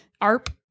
arp